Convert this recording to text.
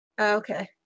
okay